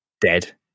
dead